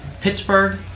Pittsburgh